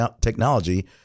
technology